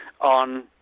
on